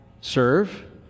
serve